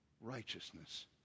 righteousness